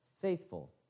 faithful